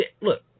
look